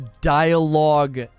dialogue